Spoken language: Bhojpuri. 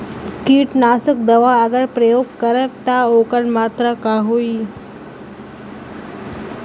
कीटनाशक दवा अगर प्रयोग करब त ओकर मात्रा का होई?